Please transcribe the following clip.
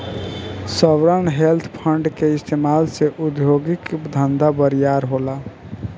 sovereign wealth fund के इस्तमाल से उद्योगिक धंधा बरियार होला